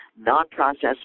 non-processed